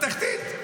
בתחתית.